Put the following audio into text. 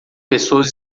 pessoas